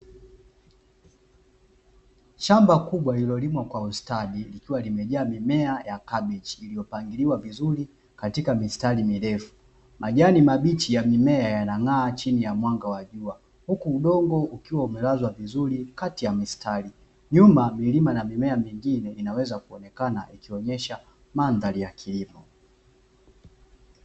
Shamba kubwa lililolimwa kwa ustadi, likiwa limejaa mimea ya kabichi iliyopangiliwa vizuri katika mistari mirefu. Majani mabichi ya mimea yanang'aa chini ya mwanga wa jua. Huku udongo ukiwa umelazwa vizuri kati ya mistari. Nyuma milima na mimea mingine inaweza kuonekana ikionyesha mandhari ya kilimo.